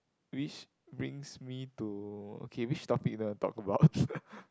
which brings me to okay which topics that I talk about okay